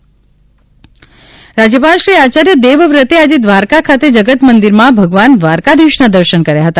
રાજ્યપાલ રાજ્યપાલ શ્રી આચાર્ય દેવવ્રતે આજે દ્વારકા ખાતે જગતમંદિરમાં ભગવાન દ્વારકાધિશના દર્શન કર્યા હતા